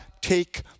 take